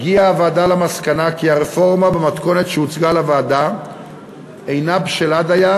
הוועדה הגיעה למסקנה שהרפורמה במתכונת שהוצגה לוועדה אינה בשלה דייה,